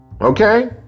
Okay